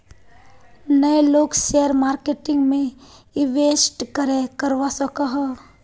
नय लोग share marketing में इंवेस्ट करे करवा सकोहो?